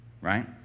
right